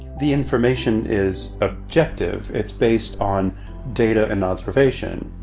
the information is objective. it's based on data and observation.